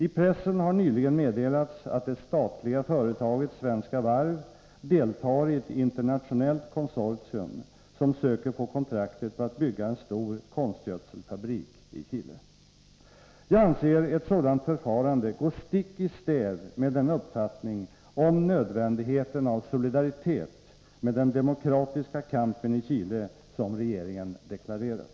I pressen har nyligen meddelats att det statliga företaget Svenska Varv deltar i ett internationellt konsortium som söker få kontraktet att bygga en stor konstgödselfabrik i Chile. Jag anser ett sådant förfarande gå stick i stäv med den uppfattning om nödvändigheten av solidaritet med den demokratiska kampen i Chile som regeringen deklarerat.